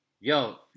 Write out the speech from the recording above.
Yo